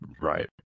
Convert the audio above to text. right